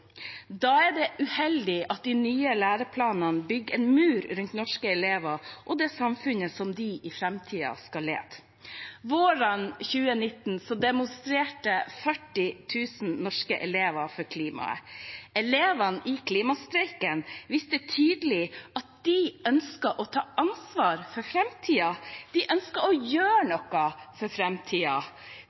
Da er det uheldig at de nye læreplanene bygger en mur rundt norske elever og det samfunnet de i framtiden skal lede. Våren 2019 demonstrerte 40 000 norske elever for klimaet. Elevene i klimastreiken viste tydelig at de ønsker å ta ansvar for framtiden, de ønsker å gjøre noe for